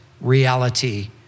reality